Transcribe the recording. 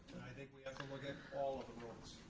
i think we have to look at all of the roads